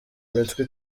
imitwe